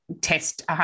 test